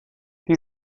die